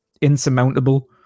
insurmountable